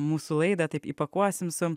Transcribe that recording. mūsų laidą taip įpakuosim su